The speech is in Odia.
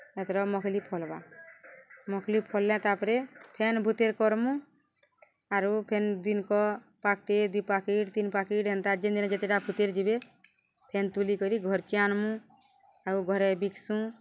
ହେଥର ମଖ୍ଲି ଫଲ୍ବା ମଖ୍ଲି ଫଲ୍ଲେ ତା'ପରେ ଫେନ୍ ଭୁତେର୍ କର୍ମୁ ଆରୁ ଫେନ୍ ଦିନ୍କ ପାକ୍ଟେ ଦୁଇ ପାକିଟ୍ ତିନ୍ ପାକିଟ୍ ହେନ୍ତା ଯେନ୍ ଦିନେ ଯେତେଟା ଭୁତେର୍ ଯିବେ ଫେନ୍ ତୁଲି କରି ଘର୍କେ ଆନ୍ମୁ ଆଉ ଘରେ ବିକ୍ସୁଁ